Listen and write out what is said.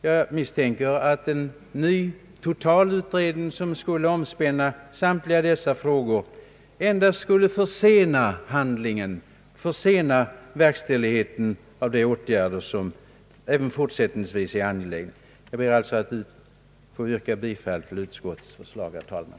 Jag misstänker att en ny total utredning, omspännande samtliga här berörda frågor, endast skulle försena verkställigheten av de åtgärder, som även fortsättningsvis är angelägna. Jag ber alltså att få yrka bifall till utskottets förslag, herr talman!